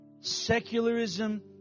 Secularism